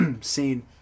scene